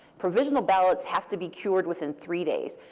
provisional ballots have to be cured within three days.